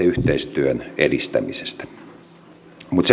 yhteistyön edistämistä mutta